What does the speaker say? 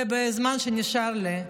בזמן שנשאר לי,